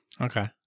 Okay